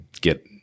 get